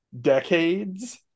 decades